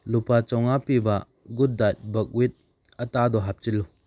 ꯂꯨꯄꯥ ꯆꯝꯃꯉꯥ ꯄꯤꯕ ꯒꯨꯗꯗꯥꯏꯠ ꯕꯛꯋꯤꯠ ꯑꯇꯥꯗꯨ ꯍꯥꯞꯆꯤꯜꯂꯨ